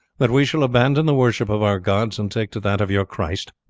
that we shall abandon the worship of our gods and take to that of your christ?